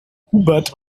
hubert